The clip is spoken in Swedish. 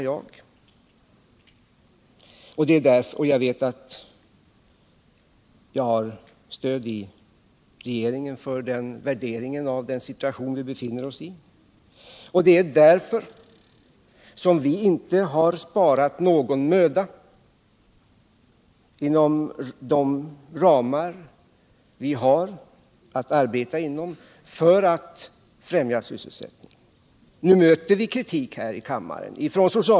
Jag vet också att jag har stöd inom regeringen för den värdering jag gjort av den Finansdebatt Finansdebatt situation vi befinner oss i. Det är därför som regeringen inte har sparat någon möda för att inom de ramar vi har främja sysselsättningen.